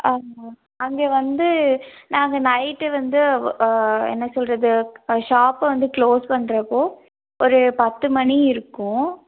ஆமாம் அங்கே வந்து நாங்கள் நைட்டு வந்து என்ன சொல்லுறது ஷாப் வந்து க்ளோஸ் பண்ணுறப்போ ஒரு பத்து மணி இருக்கும்